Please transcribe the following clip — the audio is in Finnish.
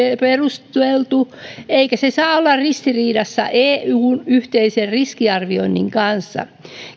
perusteltu eikä se saa olla ristiriidassa eun yhteisen riskiarvioinnin kanssa